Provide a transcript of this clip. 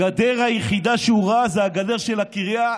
הגדר היחידה שהוא ראה זו הגדר של הקריה.